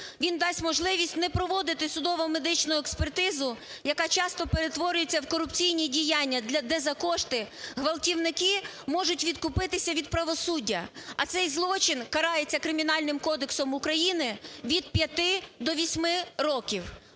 Він дасть можливість не проводити судово-медичну експертизу, яка часто перетворюється в корупційні діяння, де за кошти ґвалтівники можуть відкупитися від правосуддя, а цей злочин карається Кримінальним кодексом України від п'яти до